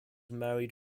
married